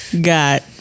Got